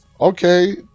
Okay